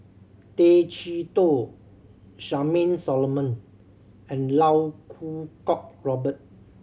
Tay Chee Toh Charmaine Solomon and Iau Kuo Kwong Robert